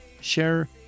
share